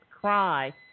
cry